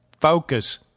Focus